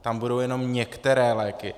Tam budou jenom některé léky.